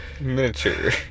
miniature